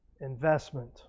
Investment